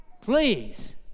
Please